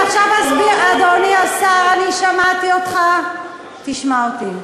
אדוני השר, אני שמעתי אותך, תשמע אותי.